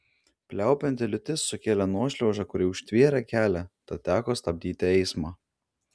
pliaupianti liūtis sukėlė nuošliaužą kuri užtvėrė kelią tad teko stabdyti eismą